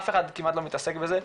אף אחד כמעט לא מתעסק בזה.